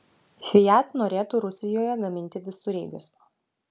fiat norėtų rusijoje gaminti visureigius